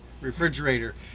refrigerator